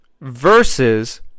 versus